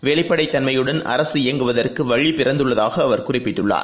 வெளிப்படைத்தன்மையுடன் அரசு இயங்குவதற்குவழிபிறந்துள்ளதாகஅவர் குறிப்பிட்டுள்ளார்